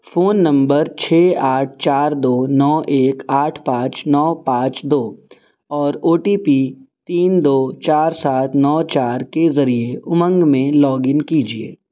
phone number چھ آٹھ چار دو نو ایک آٹھ پانچ نو پانچ دو اور او ٹی پی تین دو چار سات نو چار کے ذریعے امنگ میں لاگ ان کیجیے